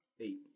eight